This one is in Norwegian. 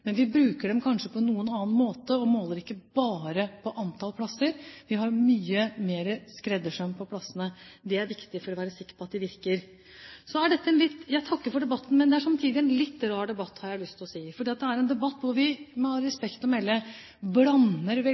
men vi bruker dem kanskje på en noe annen måte, og vi måler ikke bare antall plasser. Vi har mye mer skreddersøm på plassene. Det er viktig for å være sikker på at de virker. Jeg takker for debatten, men jeg har lyst til å si at det samtidig er en litt rar debatt. For det er en debatt hvor vi – med respekt å melde – blander